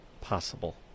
possible